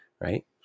right